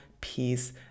peace